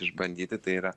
išbandyti tai yra